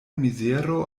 mizero